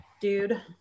dude